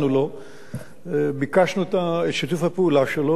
ביקשנו את שיתוף הפעולה והוא נעתר לכך,